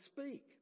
speak